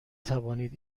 توانید